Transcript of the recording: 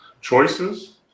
choices